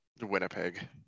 Winnipeg